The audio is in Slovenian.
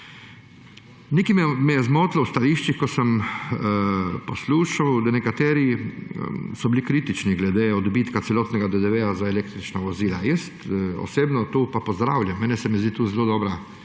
Nekaj me je zmotilo v stališčih, ko sem poslušal, da so nekateri bili kritični glede odbitka celotnega DDV za električna vozila. Osebno to pa pozdravljam. Meni se zdi to zelo dobra